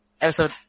episode